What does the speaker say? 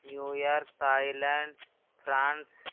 New York Thailand France